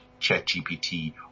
ChatGPT